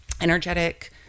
energetic